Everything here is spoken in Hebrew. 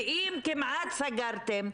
ואם כמעט סגרתם,